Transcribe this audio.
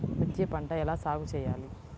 మిర్చి పంట ఎలా సాగు చేయాలి?